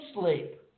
sleep